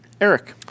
Eric